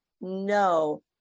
no